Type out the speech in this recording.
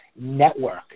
network